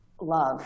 love